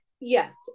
yes